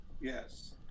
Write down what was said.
Yes